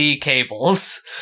cables